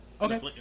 Okay